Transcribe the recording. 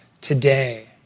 today